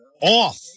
off